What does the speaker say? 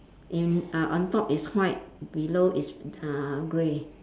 in uh on top is white below is uh grey